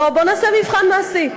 בוא נעשה מבחן מעשי.